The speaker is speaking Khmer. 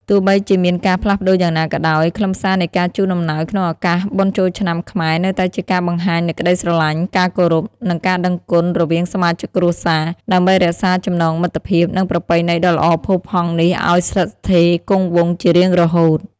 ទោះបីជាមានការផ្លាស់ប្តូរយ៉ាងណាក៏ដោយ ខ្លឹមសារនៃការជូនអំណោយក្នុងឱកាសបុណ្យចូលឆ្នាំខ្មែរនៅតែជាការបង្ហាញនូវក្តីស្រឡាញ់ ការគោរព និងការដឹងគុណរវាងសមាជិកគ្រួសារ ដើម្បីរក្សាចំណងមិត្តភាព និងប្រពៃណីដ៏ល្អផូរផង់នេះឱ្យស្ថិតស្ថេរគង់វង្សជារៀងរហូត។